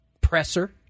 presser